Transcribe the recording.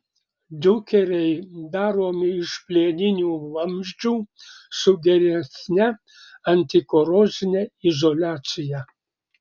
diukeriai daromi iš plieninių vamzdžių su geresne antikorozine izoliacija